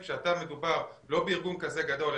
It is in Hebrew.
ונניח שאתה לא ארגון כזה גדול,